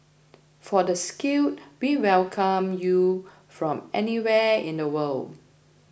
for the skilled we welcome you from anywhere in the world